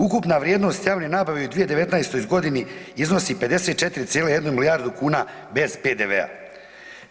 Ukupna vrijednost javne nabave u 2019.g. iznosi 54,1 milijardu kuna bez PDV-a.